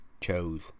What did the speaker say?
chose